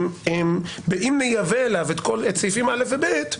אם נייבא אליו את סעיפים (א) ו-(ב),